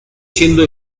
siendo